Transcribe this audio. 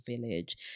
village